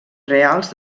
reals